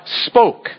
spoke